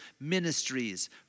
ministries